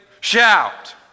Shout